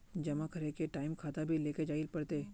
जमा करे के टाइम खाता भी लेके जाइल पड़ते?